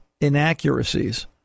inaccuracies